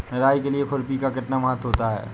निराई के लिए खुरपी का कितना महत्व होता है?